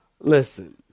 listen